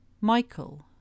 Michael